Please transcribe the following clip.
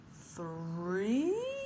three